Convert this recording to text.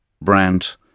brand